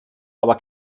aber